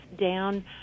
down